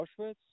Auschwitz